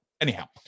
anyhow